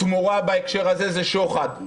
תמורה בהקשר הזה זה שוחד.